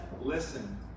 listen